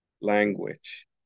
language